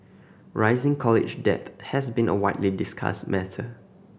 rising college debt has been a widely discussed matter